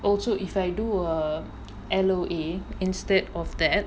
also if I do a L_O_A instead of that